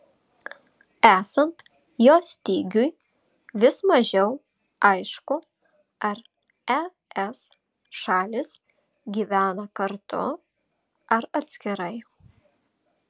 esant jo stygiui vis mažiau aišku ar es šalys gyvena kartu ar atskirai